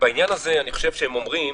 ובעניין הזה אני חושב שהם אומרים: